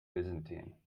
byzantine